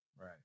Right